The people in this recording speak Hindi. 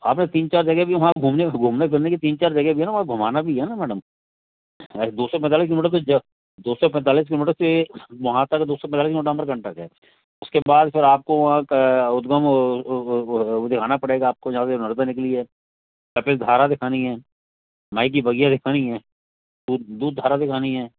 आपने तीन चार जगह भी है वहाँ घूमने घूमने फिरने की तीन चार जगह भी हैं ना वहाँ घूमने घुमाना भी है ना मैडम दो सौ पैंतालीस किलोमीटर तो दो सौ पैंतालीस किलोमीटर से वहाँ तक दो सौ पैंतालीस किलोमीटर अमरकंटक है उसके बाद फिर आपको उद्गम दिखाना पड़ेगा आपको जहाँ से नर्मदा निकली है कपिलधारा दिखानी है भाई की बगिया दिखानी है दूध दूध धारा दिखानी है